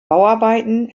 bauarbeiten